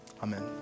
Amen